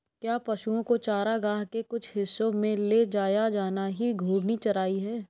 क्या पशुओं को चारागाह के कुछ हिस्सों में ले जाया जाना ही घूर्णी चराई है?